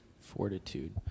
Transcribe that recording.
fortitude